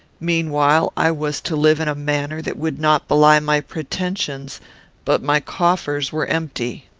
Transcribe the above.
meanwhile, i was to live in a manner that would not belie my pretensions but my coffers were empty.